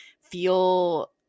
feel